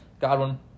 Godwin